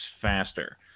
faster